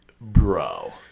Bro